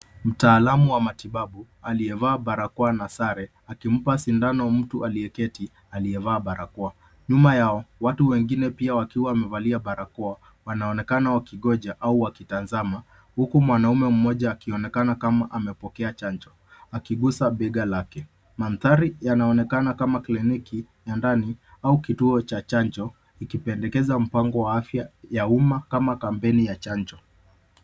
Mtaalamu wa matibabu aliyevaa barakoa na sare, akimpa sindano mtu aliyeketi aliyevaa barakoa. Nyuma yao watu wengine pia wakiwa wamevalia barakoa, wanaonekana wakingoja au wakitazama huku mwanaume mmoja akionekana kama amepokea chanjo akigusa bega lake. Mandhari yanaonekana kama kliniki ya ndani au kituo cha chanjo ikipendekeza mpango wa afya ya umma kama kapeni ya chanjo.